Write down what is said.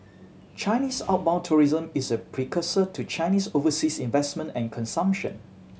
Chinese outbound tourism is a precursor to Chinese overseas investment and consumption